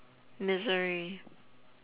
misery